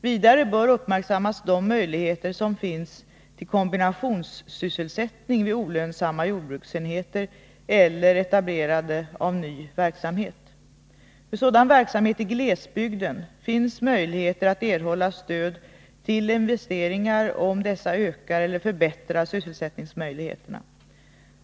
Vidare bör uppmärksammas de möjligheter som finns till kombinationssysselsättning vid olönsamma jordbruksenheter eller etablerande av ny verksamhet. För sådan verksamhet i glesbygden finns möjligheter att erhålla stöd till investeringar om dessa ökar eller förbättrar sysselsättningsmöjligheterna.